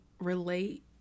relate